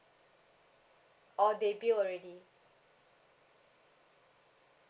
oh they build already